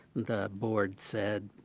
the board said